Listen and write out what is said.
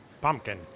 Pumpkin